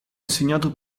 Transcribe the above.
insegnato